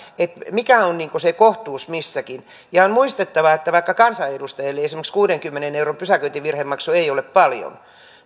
mikä on se kohtuus missäkin on muistettava että vaikka kansanedustajalle esimerkiksi kuudenkymmenen euron pysäköintivirhemaksu ei ole paljon